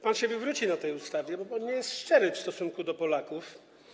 Pan się wywróci na tej ustawie, bo pan nie jest szczery w stosunku do Polaków.